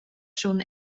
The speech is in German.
schon